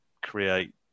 create